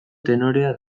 tenorea